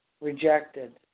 Rejected